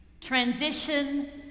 transition